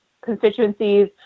constituencies